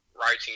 writing